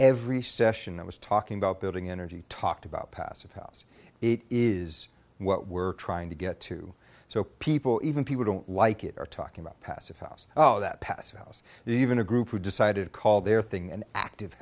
every session i was talking about building energy talked about passive house it is what we're trying to get to so people even people don't like it or talking about passive house oh that passive house and even a group who decided to call their thing an active